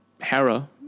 Hera